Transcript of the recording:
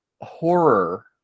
horror